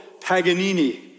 Paganini